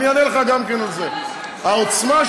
לא רואים בעצם שהעוצמה,